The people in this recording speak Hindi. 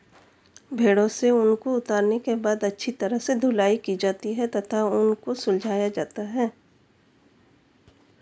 भेड़ों से ऊन को उतारने के बाद अच्छी तरह से धुलाई की जाती है तथा ऊन को सुलझाया जाता है